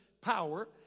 power